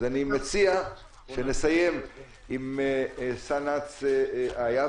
אני מציע שנסיים עם סנ"צ איה,